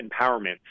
empowerment